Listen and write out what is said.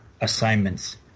assignments